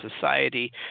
society